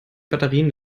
batterien